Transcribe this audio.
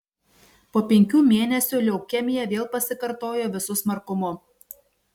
po penkių mėnesių leukemija vėl pasikartojo visu smarkumu